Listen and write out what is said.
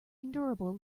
endurable